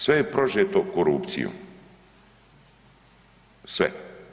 Sve je prožeto korupcijom, sve.